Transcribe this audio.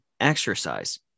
exercise